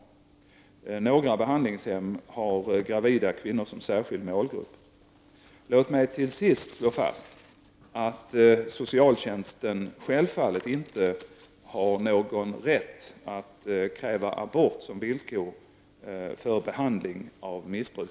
Några behandlingshem har gravida kvinnor som särskild målgrupp. Låt mig till sist slå fast att socialtjänsten självfallet inte har någon rätt att kräva abort som villkor för behandling av missbruk.